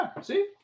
see